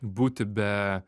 būti be